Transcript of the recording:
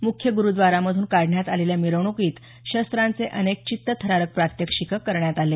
मुख्य गुरुद्वारामधून काढण्यात आलेल्या मिरवणुकीत शस्त्रांचे अनेक चित्तथरारक प्रात्यक्षिकं करण्यात आले